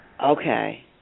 Okay